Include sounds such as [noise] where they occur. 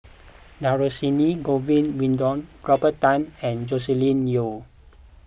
Dhershini Govin Winodan [noise] Robert Tan and Joscelin Yeo